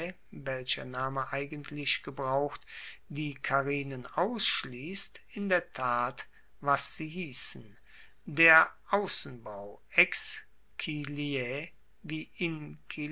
welcher name eigentlich gebraucht die carinen ausschliesst in der tat was sie hiessen der aussenbau